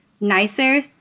nicer